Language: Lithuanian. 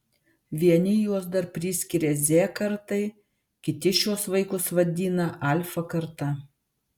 vieni juos dar priskiria z kartai kiti šiuos vaikus vadina alfa karta